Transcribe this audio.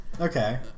Okay